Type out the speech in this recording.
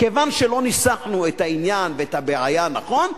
כיוון שלא ניסחנו את העניין ואת הבעיה נכון,